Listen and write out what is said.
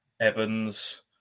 Evans